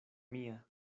mia